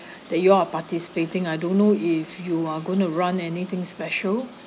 that you all are participating I don't know if you are going to run anything special